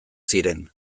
ziren